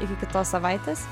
iki kitos savaitės